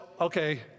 okay